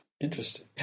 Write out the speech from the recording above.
Interesting